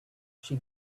she